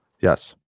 yes